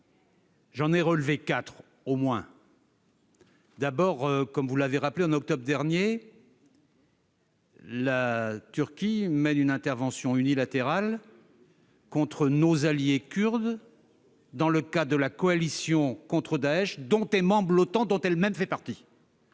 J'en ai relevé quatre, au moins. Tout d'abord, comme vous l'avez rappelé, en octobre dernier la Turquie a mené une intervention unilatérale contre nos alliés kurdes, dans le cadre de la coalition contre Daech, dont est membre l'OTAN, dont elle-même fait partie